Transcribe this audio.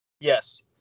Yes